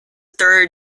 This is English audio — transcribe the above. third